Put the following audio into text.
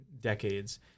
decades